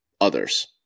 others